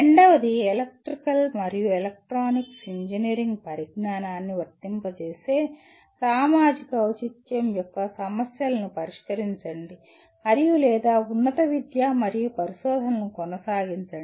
రెండవది ఎలక్ట్రికల్ మరియు electronics engineering పరిజ్ఞానాన్ని వర్తింపజేసే సామాజిక ఔచిత్యం యొక్క సమస్యలను పరిష్కరించండి మరియు లేదా ఉన్నత విద్య మరియు పరిశోధనలను కొనసాగించండి